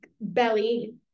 belly